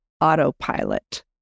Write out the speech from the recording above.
autopilot